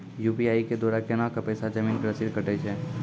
UPI के द्वारा केना कऽ पैसा जमीन के रसीद कटैय छै?